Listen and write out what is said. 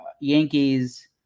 Yankees